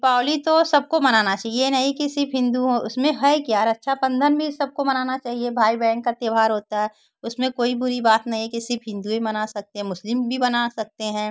दीपावली तो सबको मनाना चाहिए यह नहीं कि सिर्फ हिन्दू हों उसमें है क्या रक्षा बंधन भी सबको मनाना चाहिए भाई बहन का त्यौहार होता है उसमें कोई बुरी बात नहीं है कि सिर्फ हिंदू मना सकते हैं मुस्लिम भी मना सकते हैं